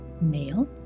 Male